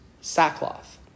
sackcloth